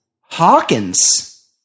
Hawkins